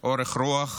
אורך רוח,